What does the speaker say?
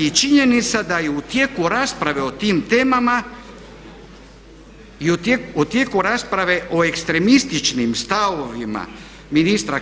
I činjenica da je u tijeku rasprave o tim temama i u tijeku rasprave o ekstremističkim stavovima ministra